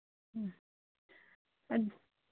ꯎꯝ